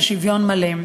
של שוויון מלא.